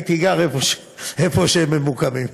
הייתי גר איפה שהם ממוקמים.